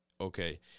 okay